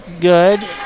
good